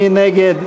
מי נגד?